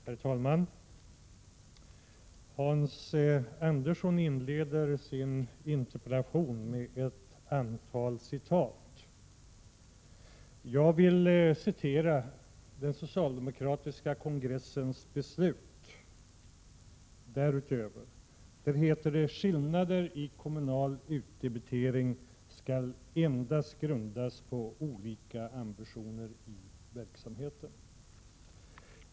Herr talman! Hans-Eric Andersson inleder sin interpellation med ett antal citat. Jag vill därutöver återge den socialdemokratiska kongressens beslut. Där heter det: Skillnader i kommunal utdebitering skall endast grundas på olika ambitioner i verksamheten.